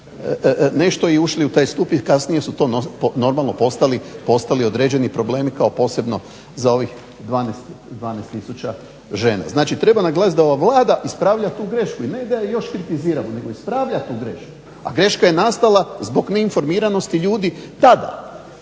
nešto i ušli u taj stup jer kasnije su to normalno postali određeni problemi kao posebno za ovih 12 tisuća žena. Znači treba naglasiti da ova Vlada ispravlja tu grešku i ne da je još kritizira nego ispravlja tu grešku, a greška je nastala zbog neinformiranosti ljudi tada.